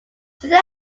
through